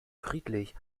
friedlich